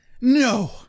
No